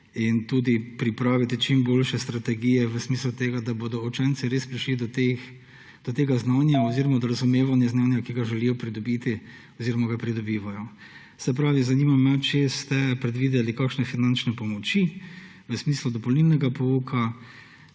in tudi pripraviti čim boljše strategije v smislu tega, da bodo učenci res prišli do tega znanja oziroma do razumevanja znanja, ki ga želijo pridobiti oziroma ga pridobivajo. Zanima me: Ali ste predvideli kakšne finančne pomoči v smislu dopolnilnega pouka?